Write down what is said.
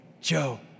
Joe